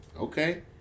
okay